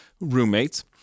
roommates